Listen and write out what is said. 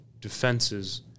defenses